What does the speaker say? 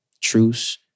truce